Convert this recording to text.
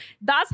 Thus